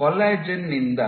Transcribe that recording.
collagen ನಿಂದ